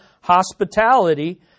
hospitality